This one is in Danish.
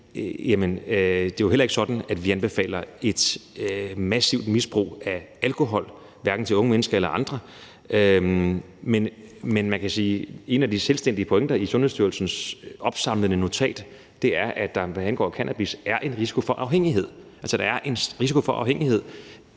det er jo heller ikke sådan, at vi anbefaler et massivt misbrug af alkohol, hverken til unge mennesker eller andre. Men man kan sige, at en af de selvstændige pointer i Sundhedsstyrelsens opsamlende notat er, at der, hvad angår cannabis, er en risiko for afhængighed – der er en risiko for afhængighed.